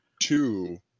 two